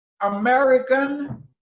American